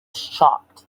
shocked